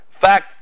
fact